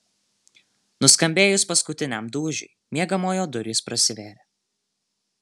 nuskambėjus paskutiniam dūžiui miegamojo durys prasivėrė